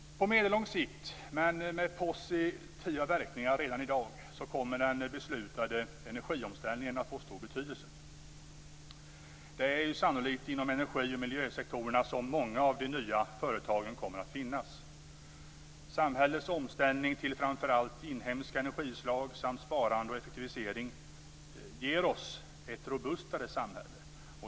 På medellång sikt, men med positiva verkningar redan i dag, kommer den beslutade energiomställningen att få stor betydelse. Det är sannolikt inom energi och miljösektorerna som många av de nya företagen kommer att finnas. Samhällets omställning till framför allt inhemska energislag samt sparande och effektivisering ger oss ett robustare samhälle.